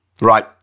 right